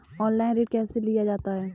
Online ऋण कैसे लिया जाता है?